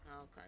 Okay